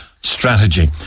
strategy